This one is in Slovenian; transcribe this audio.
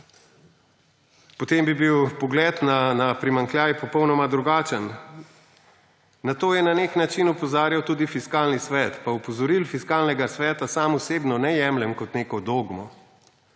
potem bi bil pogled na primanjkljaj popolnoma drugačen. Na to je na nek način opozarjal tudi Fiskalni svet, pa opozoril Fiskalnega sveta sam osebno ne jemljem kot neko dogmo,